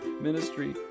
ministry